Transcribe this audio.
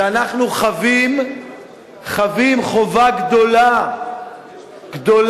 שאנחנו חבים חוב גדול גדול,